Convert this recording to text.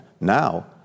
Now